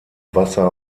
wasser